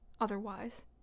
otherwise